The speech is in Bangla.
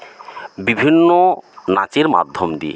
বিভিন্ন নাচের মাধ্যম দিয়ে